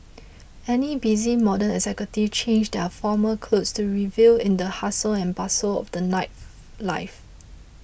any busy modern executives change their formal clothes to revel in the hustle and bustle of the Life life